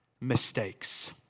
mistakes